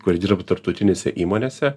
kurie dirba tarptautinėse įmonėse